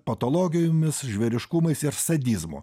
patologijomis žvėriškumais ir sadizmu